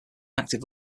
active